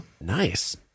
Nice